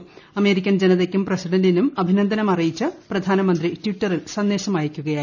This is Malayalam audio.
പ്രി അമേരിക്കൻ ജനതയ്ക്കും പ്രസിഡന്റിനും അഭിനന്ദനം അറിയിച്ച് പ്രധാനമന്ത്രി ട്വിറ്ററിൽ സന്ദേശം അയയ്ക്കുകയായിരുന്നു